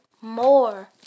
more